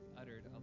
uttered